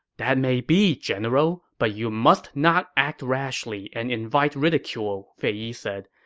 that may be, general, but you must not act rashly and invite ridicule, fei yi said.